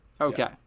Okay